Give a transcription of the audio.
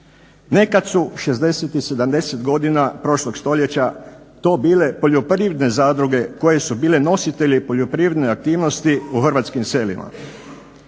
Nekad su '60.-tih i '70.-tih godina prošlog stoljeća to bile poljoprivredne zadruge koje su bile nositelji poljoprivredne aktivnosti u hrvatskih selima.